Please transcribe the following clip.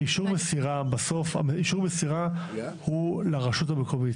אישור מסירה הוא לרשות המקומית.